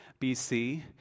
BC